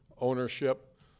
ownership